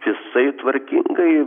jisai tvarkingai